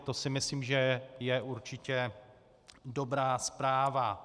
To si myslím, že je určitě dobrá zpráva.